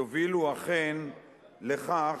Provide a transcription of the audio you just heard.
יובילו אכן לכך